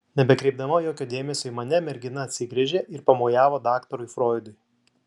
nebekreipdama jokio dėmesio į mane mergina atsigręžė ir pamojavo daktarui froidui